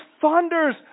thunders